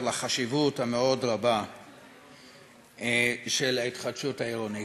לחשיבות המאוד-רבה של ההתחדשות העירונית.